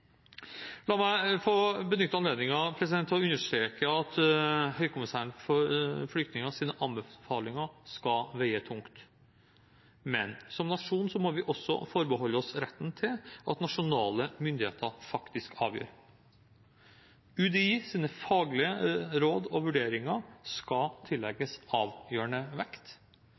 La meg få benytte anledningen til å understreke at anbefalingene fra Høykommissæren for flyktninger skal veie tungt, men som nasjon må vi også forbeholde oss retten til at nasjonale myndigheter faktisk avgjør. UDIs faglige råd og vurderinger skal